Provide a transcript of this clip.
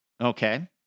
okay